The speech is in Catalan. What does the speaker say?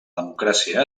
democràcia